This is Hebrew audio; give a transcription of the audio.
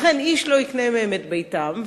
לכן איש לא יקנה מהם את ביתם,